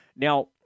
Now